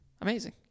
amazing